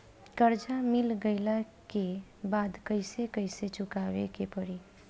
कर्जा मिल गईला के बाद कैसे कैसे चुकावे के पड़ी?